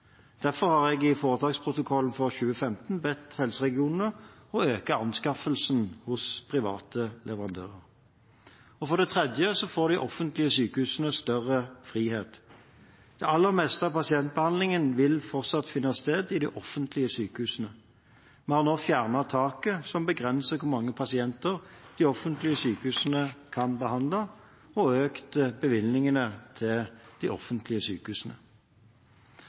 Derfor har jeg i foretaksprotokollen for 2015 bedt helseregionene om å øke anskaffelsene hos private leverandører. For det tredje får de offentlige sykehusene større frihet. Det aller meste av pasientbehandlingen vil fortsatt finne sted i de offentlige sykehusene. Vi har nå fjernet taket som begrenset hvor mange pasienter de offentlige sykehusene kunne behandle, og økt bevilgningene til de offentlige sykehusene.